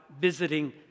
visiting